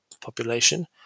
population